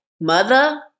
Mother